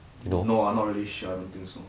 no I not really sure I don't think so